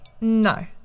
no